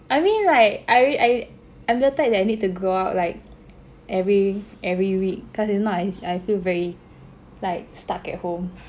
I mean like I I understand that I need to go out like every every week cause if not I feel very like stuck at home